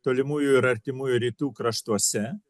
tolimųjų ir artimųjų rytų kraštuose